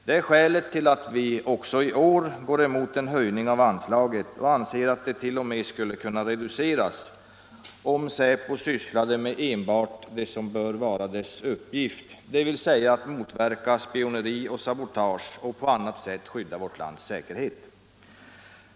Det är skälet till att vi även i år går emot en höjning av anslaget och anser att det t.o.m. skulle kunna reduceras om säpo sysslade med enbart det som bör vara dess uppgift, dvs. att motverka spioneri och sabotage och på annat sätt skydda vårt lands säkerhet.